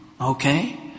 Okay